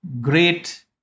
great